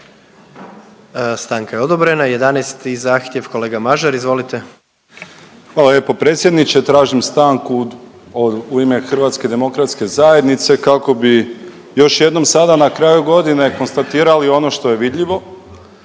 Stanka je odobrena. Jedanaesti zahtjev kolega Mažar, izvolite. **Mažar, Nikola (HDZ)** Hvala lijepo predsjedniče. Tražim stanku u ime Hrvatske demokratske zajednice kako bi još jednom sada na kraju godine konstatirali ono što je vidljivo.